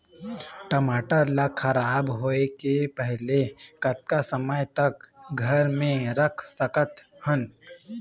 टमाटर ला खराब होय के पहले कतका समय तक घर मे रख सकत हन?